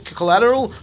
collateral